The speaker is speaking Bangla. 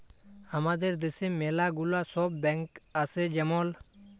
হামাদের দ্যাশে ম্যালা গুলা সব ব্যাঙ্ক আসে যেমল